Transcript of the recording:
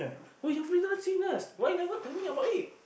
oh you fitness why you never tell me about it